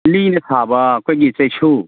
ꯂꯤꯅꯥ ꯁꯥꯕ ꯑꯩꯈꯣꯏꯒꯤ ꯆꯩꯁꯨ